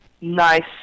nice